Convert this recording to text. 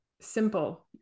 simple